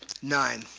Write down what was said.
nine,